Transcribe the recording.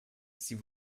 sie